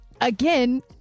Again